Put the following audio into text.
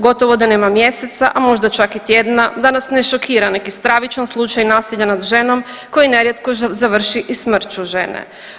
Gotovo da nema mjeseca, a možda čak i tjedna da nas ne šokira neki stravičan slučaj nasilja nad ženom koji nerijetko završi i smrću žene.